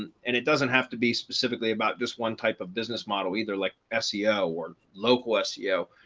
and and it doesn't have to be specifically about just one type of business model either like ah seo or local ah seo,